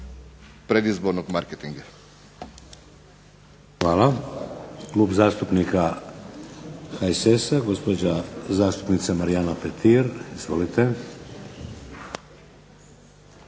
Vladimir (HDZ)** Hvala. Klub zastupnika HSS-a, gospođa zastupnica Marijana Petir. Izvolite.